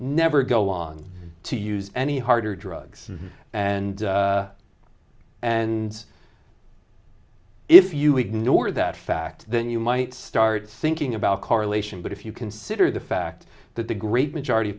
never go on to use any harder drugs and and if you ignore that fact then you might start thinking about correlation but if you consider the fact that the great majority of